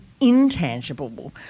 intangible